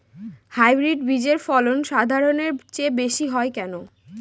Hybrid বীজের ফলন সাধারণের চেয়ে বেশী হয় কেনো?